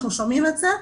אנחנו שומעים את זה,